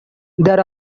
there